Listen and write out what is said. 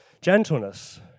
Gentleness